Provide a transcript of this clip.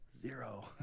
Zero